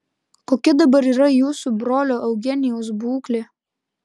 kokia dabar yra jūsų brolio eugenijaus būklė